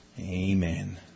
Amen